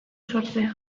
sortzea